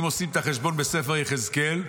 אם עושים את החשבון בספר יחזקאל,